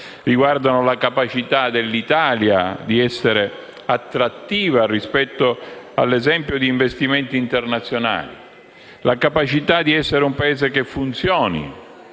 Riguardano la capacità dell'Italia di essere attrattiva rispetto, ad esempio, agli investimenti internazionali; di essere un Paese che funzioni